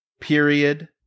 period